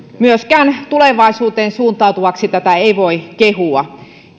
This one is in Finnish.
myöskään tulevaisuuteen suuntautuvaksi tätä ei voi kehua